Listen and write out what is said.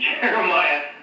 Jeremiah